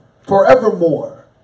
forevermore